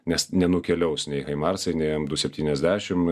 nes nenukeliaus nei haimarsai nei em du septyniasdešim